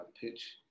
pitch